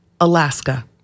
Alaska